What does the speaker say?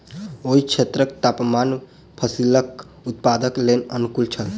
ओहि क्षेत्रक तापमान फसीलक उत्पादनक लेल अनुकूल छल